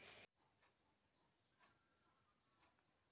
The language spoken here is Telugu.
ఎన్.బి.ఎఫ్.సి అండ్ బ్యాంక్స్ కు మధ్య తేడా ఏంటిది?